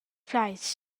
plaids